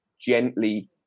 gently